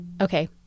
Okay